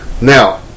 Now